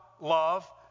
love